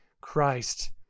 Christ